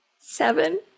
Seven